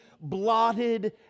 blotted